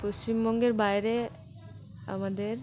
পশ্চিমবঙ্গের বাইরে আমাদের